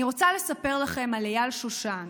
אני רוצה לספר לכם על אייל שושן,